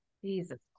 Jesus